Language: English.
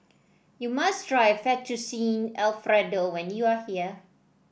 you must try Fettuccine Alfredo when you are here